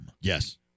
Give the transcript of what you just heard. Yes